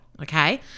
Okay